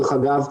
דרך אגב,